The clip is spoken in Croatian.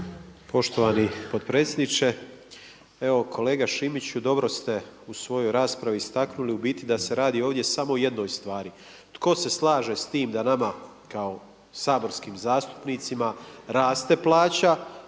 Poštovani potpredsjedniče. Evo kolega Šimiću dobro ste u svojoj raspravi istaknuli u biti da se radi ovdje samo o jednoj stvari, tko se slaže s tim da nama kao saborskim zastupnicima raste plaća,